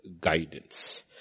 guidance